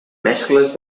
mescles